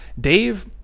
Dave